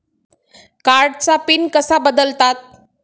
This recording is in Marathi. कार्डचा पिन कसा बदलतात?